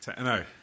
No